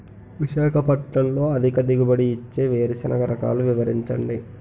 విశాఖపట్నంలో అధిక దిగుబడి ఇచ్చే వేరుసెనగ రకాలు వివరించండి?